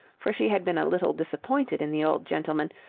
for she had been a little disappointed in the old gentleman,